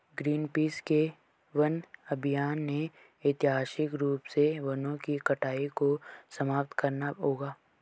Greenpeace के वन अभियान ने ऐतिहासिक रूप से वनों की कटाई को समाप्त करना होगा